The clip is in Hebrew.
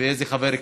ואיזה חבר הכנסת.